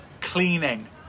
cleaning